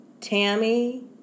Tammy